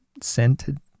scented